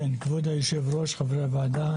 כבוד היושב-ראש, חברי הוועדה.